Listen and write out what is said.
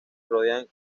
rodean